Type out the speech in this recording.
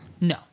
no